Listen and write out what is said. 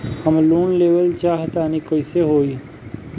हम लोन लेवल चाह तानि कइसे होई?